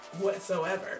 whatsoever